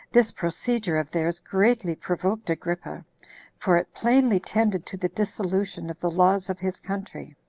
this procedure of theirs greatly provoked agrippa for it plainly tended to the dissolution of the laws of his country.